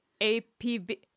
APB